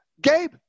Gabe